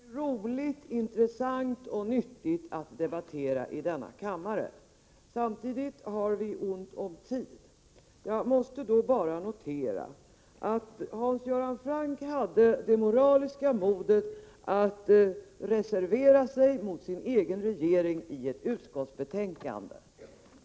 Herr talman! Jag tycker att det är mycket roligt, intressant och nyttigt att debattera i denna kammare. Vi har emellertid ont om tid. Jag vill bara notera att Hans Göran Franck hade det moraliska modet att reservera sig mot sin egen regering i ett utskottsbetänkande.